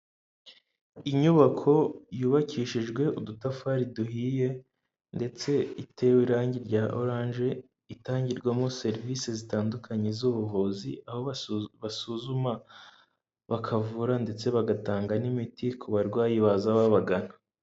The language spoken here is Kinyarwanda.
Inyubako yubakishijwe udutafari duhiye ndetse itewe irangi rya oranje, itangirwamo serivise zitandukanye z'ubuvuzi, aho basuzuma, bakavura ndetse bagatanga n'imiti ku barwayi baza babagana.